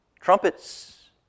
Trumpets